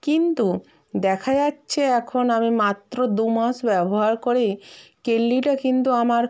কিন্তু দেখা যাচ্ছে এখন আমি মাত্র দু মাস ব্যবহার করেই কেডলিটা কিন্তু আমার